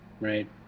Right